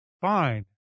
Fine